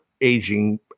aging